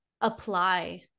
Apply